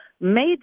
made